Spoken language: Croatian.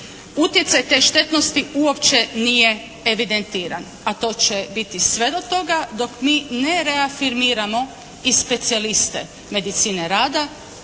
utjecaj te štetnosti uopće nije evidentiran, a to će biti sve do toga dok mi ne reafirmiramo i specijaliste medicine rada